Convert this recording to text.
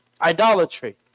idolatry